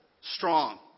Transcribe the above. strong